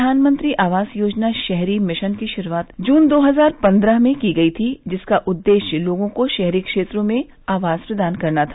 प्रधानमंत्री आवास योजना शहरी मिशन की शुरूआत जून दो हजार पन्द्रह में की गई थी जिसका उद्देश्य लोगों को शहरी क्षेत्रों में आवास प्रदान करना था